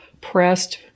pressed